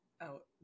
out